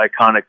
iconic